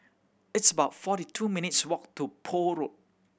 it's about forty two minutes' walk to Poole Road